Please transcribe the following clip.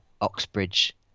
Oxbridge